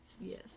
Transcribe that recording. yes